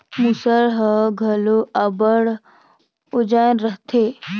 मूसर हर घलो अब्बड़ ओजन रहथे